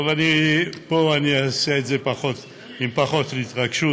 פה אני אעשה את זה עם פחות התרגשות,